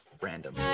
random